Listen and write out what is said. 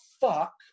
fuck